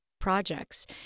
projects